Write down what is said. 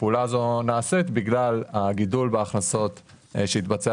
הפעולה הזו נעשית בגלל הגידול בהכנסות שהתבצע